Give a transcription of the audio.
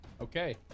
Okay